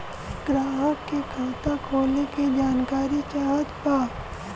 ग्राहक के खाता खोले के जानकारी चाहत बा?